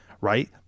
right